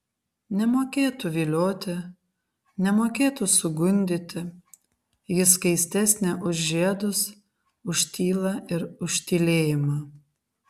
nemokėtų vilioti nemokėtų sugundyti ji skaistesnė už žiedus už tylą ir už tylėjimą